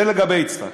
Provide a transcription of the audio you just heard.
זה לגבי יצחק.